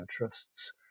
interests